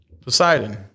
Poseidon